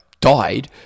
died